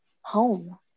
home